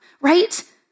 right